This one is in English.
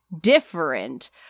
different